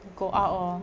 go out lor